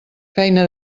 feina